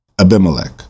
Abimelech